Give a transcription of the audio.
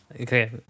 Okay